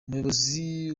umuyobozi